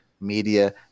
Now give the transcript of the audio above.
Media